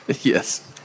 Yes